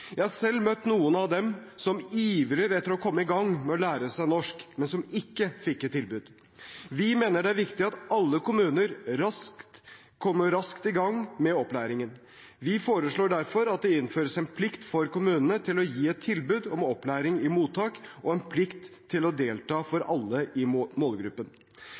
Jeg har selv møtt noen av dem som ivrer etter å komme i gang med å lære seg norsk, men som ikke fikk et tilbud. Vi mener det er viktig at alle kommuner kommer raskt i gang med opplæringen. Vi foreslår derfor at det innføres en plikt for kommunene til å gi et tilbud om opplæring i mottak og en plikt til å delta for alle i målgruppen.